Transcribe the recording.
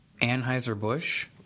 Anheuser-Busch